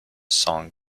song